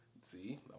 See